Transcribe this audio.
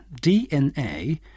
DNA